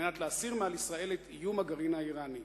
על מנת להסיר מעל ישראל את איום הגרעין האירני.